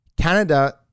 Canada